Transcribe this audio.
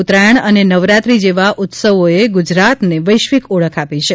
ઉતરાયણ અનેનવરાત્રી જેવા ઉત્સવોએ ગુજરાતને વૈશ્વિક ઓળખ આપી છે